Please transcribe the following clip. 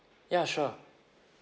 ya sure